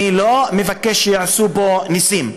אני לא מבקש שיעשו פה ניסים.